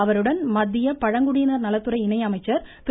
அவருடன் மத்திய பழங்குடியினர் நலத்துறை இணை அமைச்சர் திரு